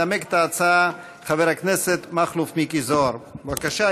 ינמק את ההצעה חבר הכנסת מכלוף מיקי זוהר, בבקשה.